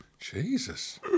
Jesus